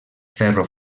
ferro